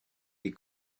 des